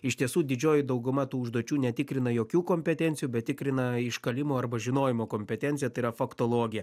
iš tiesų didžioji dauguma tų užduočių netikrina jokių kompetencijų bet tikrina iškalimo arba žinojimo kompetenciją tai yra faktologiją